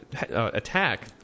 attack